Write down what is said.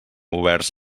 oberts